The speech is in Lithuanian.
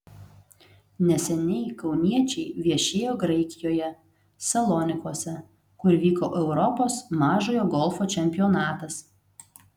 neseniai kauniečiai viešėjo graikijoje salonikuose kur vyko europos mažojo golfo čempionatas